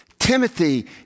Timothy